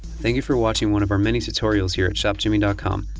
thank you for watching one of our many tutorials here at shopjimmy and com.